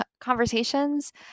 conversations